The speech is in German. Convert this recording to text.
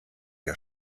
der